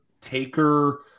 taker